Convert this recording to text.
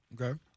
Okay